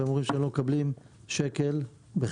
והם אומרים שהם לא מקבלים שקל בכלל,